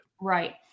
Right